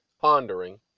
pondering